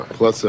Plus